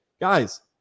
guys